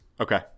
Okay